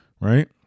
right